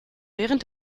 während